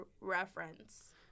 reference